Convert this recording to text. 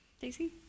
Daisy